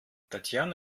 tatjana